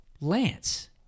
Lance